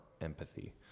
empathy